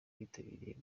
bitabiriye